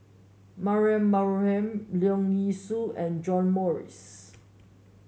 Mariam Baharom Leong Yee Soo and John Morrice